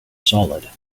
solid